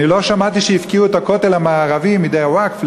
אני לא שמעתי שהפקיעו את הכותל המערבי מידי הווקף,